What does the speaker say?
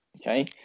Okay